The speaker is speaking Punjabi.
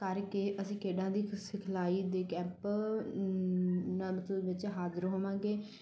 ਕਰਕੇ ਅਸੀਂ ਖੇਡਾਂ ਦੀ ਸਿਖਲਾਈ ਦੇ ਕੈਪ ਵਿੱਚ ਹਾਜ਼ਰ ਹੋਵਾਂਗੇ